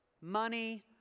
money